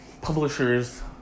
publishers